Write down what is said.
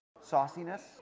Sauciness